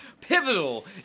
pivotal